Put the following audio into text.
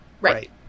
Right